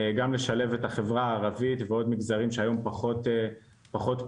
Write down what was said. גם לשלב את החברה הערבית ועוד מגזרים שהיום פחות פעילים.